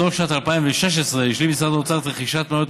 בתום שנת 2016 השלים משרד האוצר את רכישת מניות